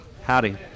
Howdy